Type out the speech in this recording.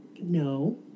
No